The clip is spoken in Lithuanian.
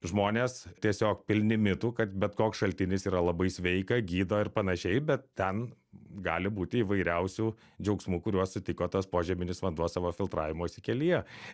žmonės tiesiog pilni mitų kad bet koks šaltinis yra labai sveika gydo ir panašiai bet ten gali būti įvairiausių džiaugsmų kuriuos sutiko tas požeminis vanduo savo filtravimosi kelyje